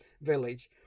village